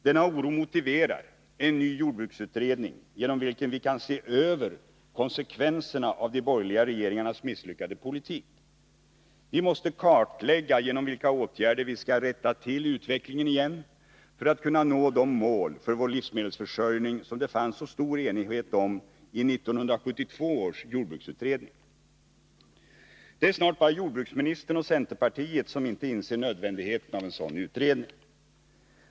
Denna oro motiverar en ny jordbruksutredning, genom vilken vi kan se över konsekvenserna av de borgerliga regeringarnas misslyckade politik. Vi måste kartlägga genom vilka åtgärder vi skall rätta till utvecklingen igen för att kunna nå de mål för vår livsmedelsförsörjning som det fanns så stor enighet om i 1972 års jordbruksutredning. Det är snart bara jordbruksministern och centerpartiet som inte inser nödvändigheten av en sådan utredning.